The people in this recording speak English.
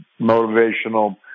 motivational